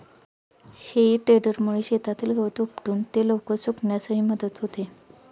हेई टेडरमुळे शेतातील गवत उपटून ते लवकर सुकण्यासही मदत होते